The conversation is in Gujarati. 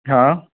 હાં